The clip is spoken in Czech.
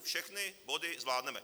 Všechny body zvládneme.